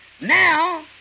Now